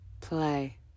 play